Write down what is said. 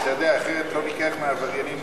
חוק סדר הדין הפלילי